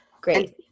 Great